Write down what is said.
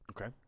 Okay